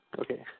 okay